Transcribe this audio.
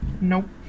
Nope